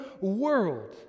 world